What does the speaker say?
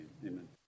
Amen